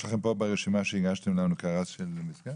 יש לכם פה ברשימה שהגשתם לנו כרז של מסגד?